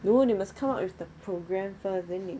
no they must come up with the program first then they